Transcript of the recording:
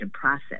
process